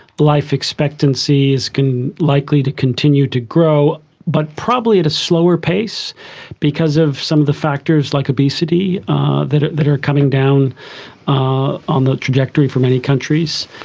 life expectancy is likely to continue to grow, but probably at a slower pace because of some of the factors like obesity that that are coming down ah on the trajectory for many countries.